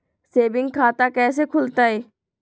Saving खाता कैसे खुलतई?